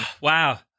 wow